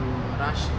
rush